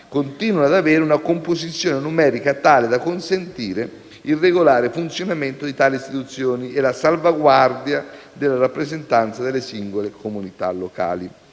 continuano ad avere una composizione numerica tale da consentire il regolare funzionamento di tali istituzioni e la salvaguardia della rappresentanza delle singole comunità locali.